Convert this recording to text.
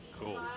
Cool